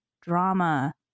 drama